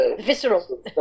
visceral